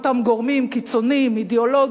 אותם גורמים קיצוניים אידיאולוגית,